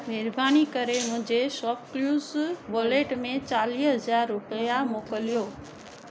महिरबानी करे मुंहिंजे शॉपक्ल्यूस वॉलेट में चालीह हज़ार रुपिया मोकिलियो